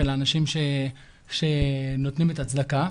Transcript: של האנשים שנותנים את הצדקה.